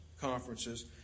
conferences